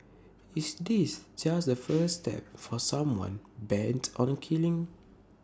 is this just the first step for someone bent on killing